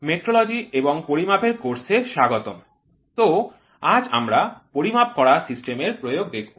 তো আজ আমরা পরিমাপ করার সিস্টেমের প্রয়োগ দেখব